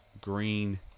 green